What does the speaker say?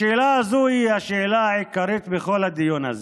השאלה הזאת היא השאלה העיקרית בכל הדיון הזה.